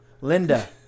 Linda